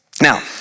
Now